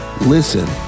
Listen